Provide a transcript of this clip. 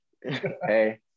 hey